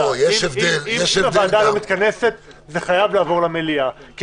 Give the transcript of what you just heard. אם הוועדה לא מתכנסת זה חייב לעבור למליאה כי